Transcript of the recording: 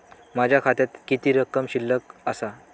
माझ्या खात्यात किती रक्कम शिल्लक आसा?